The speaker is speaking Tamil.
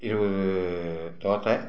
இருபது தோசை